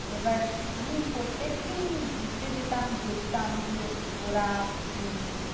এবার আমি প্রত্যেক দিন ঘুরতে যেতাম দেখতাম যে ওরা